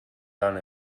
done